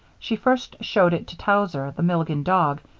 she first showed it to towser, the milligan dog,